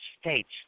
States